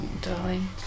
Darling